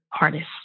artists